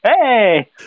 Hey